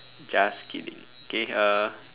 just kidding okay uh